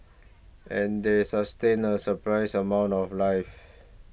and they sustain a surprising amount of life